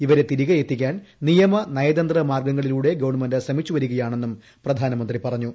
ഇ്വരെ തിരികെയെത്തിക്കാൻ നിയമ നയതന്ത്ര മാർഗ്ങ്ങളിലൂടെ ഗവൺമെന്റ് ശ്രമിച്ചു വരികയാണെന്നും പ്രധാനമീന്തി പറഞ്ഞു